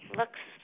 looks